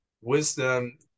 wisdom